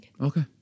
Okay